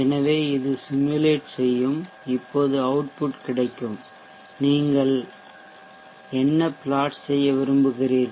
எனவே இது சிமுலேட் செய்யும் இப்போது அவுட்புட் கிடைக்கும் இப்போது நீங்கள் என்ன plot செய்ய விரும்புகிறீர்கள்